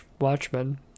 Watchmen